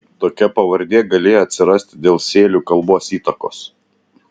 tokia pavardė galėjo atsirasti dėl sėlių kalbos įtakos